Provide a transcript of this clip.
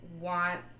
want